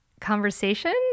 conversation